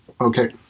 Okay